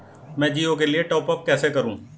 मैं जिओ के लिए टॉप अप कैसे करूँ?